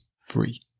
free